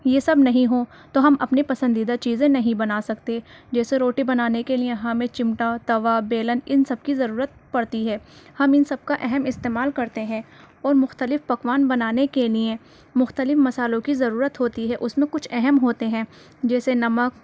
یہ سب نہیں ہوں تو ہم اپنے پسندیدہ چیزیں نہیں بنا سکتے جیسے روٹی بنانے کے لئے ہمیں چمٹا توا بیلن ان سب کی ضرورت پڑتی ہے ہم ان سب کا اہم استعمال کرتے ہیں اور مختلف پکوان بنانے کے لئے مختلف مسالوں کی ضرورت ہوتی ہے اس میں کچھ اہم ہوتے ہیں جیسے نمک